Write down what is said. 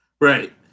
Right